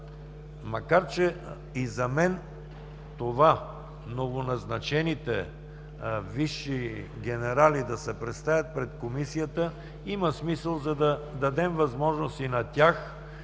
Макар че и за мен това новоназначените висши генерали да се представят пред Комисията има смисъл, за да дадем възможност и на тях,